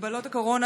הגבלות הקורונה,